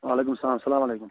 وعلیکُم سلام سلام علیکُم